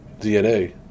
DNA